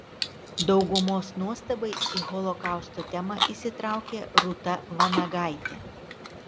daugumos nuostabai į holokausto temą įsitraukė rūta vanagaitė